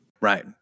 Right